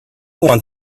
want